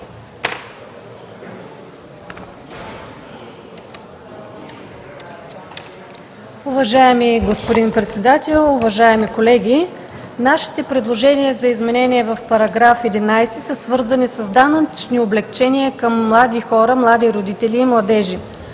Уважаеми господин Председател, уважаеми колеги! Нашите предложения за изменение в § 11 са свързани с данъчни облекчения към млади хора, млади родители и младежи,